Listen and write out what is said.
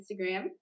Instagram